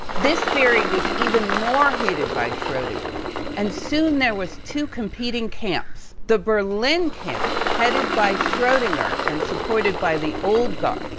this theory was even more hated by schrodinger and soon there was two competing camps, the berlin camp headed by schrodinger and supported by the old guard,